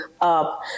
up